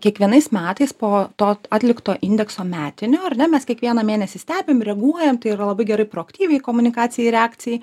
kiekvienais metais po to atlikto indekso metinio ar ne mes kiekvieną mėnesį stebim reaguojam tai yra labai gerai proaktyviai komunikacijai reakcijai